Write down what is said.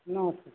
ନମସ୍କାର